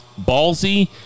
ballsy